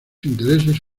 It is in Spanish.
intereses